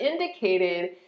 indicated